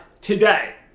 today